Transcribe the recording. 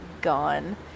gone